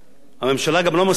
הממשלה גם לא מסבירה,